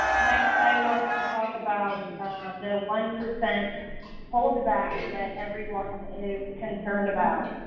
next i want to talk about the uhh one percent holdback that everyone is concerned about.